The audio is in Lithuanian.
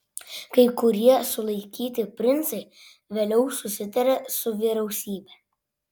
kai kurie sulaikyti princai vėliau susitarė su vyriausybe